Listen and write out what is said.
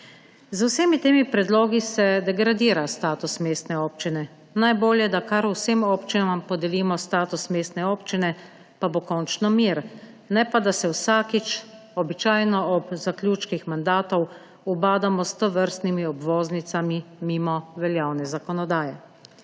Z vsemi temi predlogi se degradira status mestne občine. Najbolje, da kar vsem občinam podelimo status mestne občine, pa bo končno mir, ne pa da se vsakič, običajno ob zaključkih mandatov, ubadamo s tovrstnimi obvoznicami mimo veljavne zakonodaje.